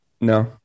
No